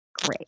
Great